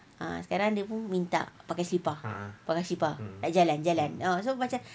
ah sekarang dia pun minta pakai selipar pakai selipar nak jalan jalan so macam